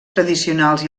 tradicionals